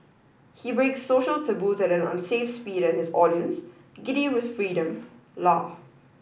he breaks social taboos at an unsafe speed and his audience giddy with freedom laugh